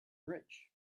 rich